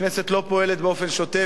הכנסת לא פועלת באופן שוטף.